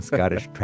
Scottish